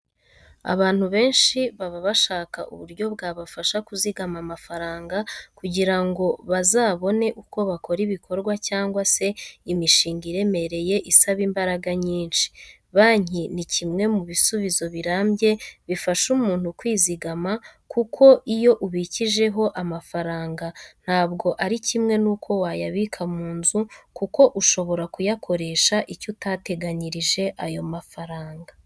Abantu benshi baba bashaka uburyo bwabafasha kuzigama amafaranga kugira ngo bazabone uko bakora ibikorwa cyangwa se imishinga iremereye isaba imbaraga nyinshi. Banki ni kimwe mu bisubizo birambye bifasha umuntu kwizigama kuko iyo ubikijeho amafaranga ntabwo ari kimwe n'uko wayabika mu nzu kuko ushobora kuyakoresha icyo utateganirije ayo mafaranga.